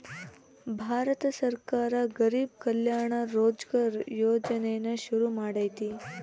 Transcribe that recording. ಭಾರತ ಸರ್ಕಾರ ಗರಿಬ್ ಕಲ್ಯಾಣ ರೋಜ್ಗರ್ ಯೋಜನೆನ ಶುರು ಮಾಡೈತೀ